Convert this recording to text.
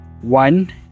One